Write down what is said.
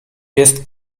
jest